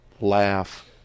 laugh